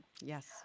Yes